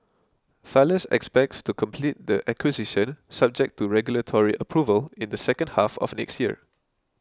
Thales expects to complete the acquisition subject to regulatory approval in the second half of next year